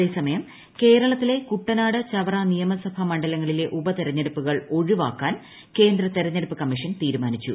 അതേസമയം കേരളത്തിലെ കൂട്ടനാട് ചവറ നിയമസഭാ മണ്ഡലങ്ങളിലെ ഉപതെരഞ്ഞെടുപ്പുകൾ ഒഴിവാക്കാൻ കേന്ദ്ര തെരഞ്ഞെടുപ്പ് കമ്മീഷൻ തീരുമാനിച്ചു